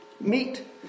meet